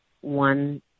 one